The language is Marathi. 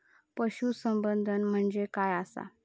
पशुसंवर्धन म्हणजे काय आसा?